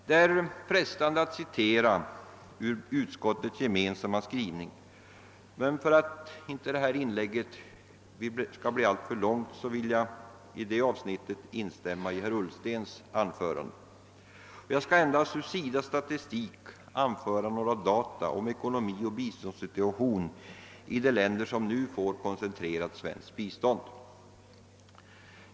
Det är frestande att göra citat ur utskottets gemensamma skrivning, men för att detta inlägg inte skall bli alltför långt vill jag i det avsnittet instämma i herr Ullstens anförande. Jag skall endast ur SIDA:s statistik anföra några data om ekonomi och biståndssituation i de länder som nu får koncentrerat svenskt bistånd.